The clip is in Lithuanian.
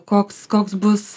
koks koks bus